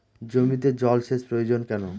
জমিতে জল সেচ প্রয়োজন কেন?